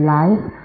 life